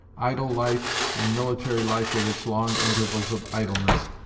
idle life, and military life with its long intervals of idleness,